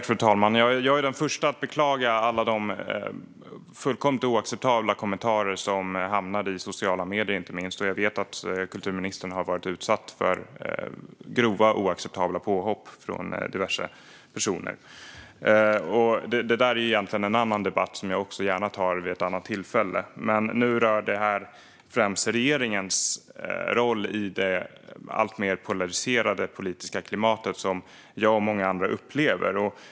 Fru talman! Jag är den första att beklaga alla de fullkomligt oacceptabla kommentarer som förekommit inte minst i sociala medier. Jag vet att kulturministern har varit utsatt för grova, oacceptabla påhopp från diverse personer. Men det är egentligen en annan debatt som jag gärna tar vid ett annat tillfälle. Det här rör främst regeringens roll i det alltmer polariserade politiska klimat som jag och många andra upplever.